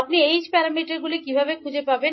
আপনি h প্যারামিটারগুলি কীভাবে খুঁজে পাবেন